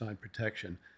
protection